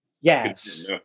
Yes